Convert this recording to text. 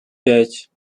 пять